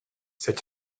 such